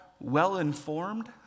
well-informed